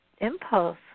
impulse